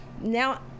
now